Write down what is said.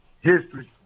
history